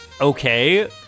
Okay